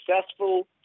successful